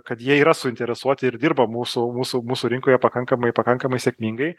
kad jie yra suinteresuoti ir dirba mūsų mūsų mūsų rinkoje pakankamai pakankamai sėkmingai